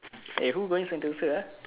eh who going sentosa ah